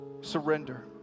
surrender